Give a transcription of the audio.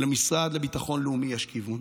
ולמשרד לביטחון לאומי יש כיוון.